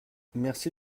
merci